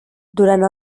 durant